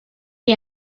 que